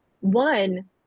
One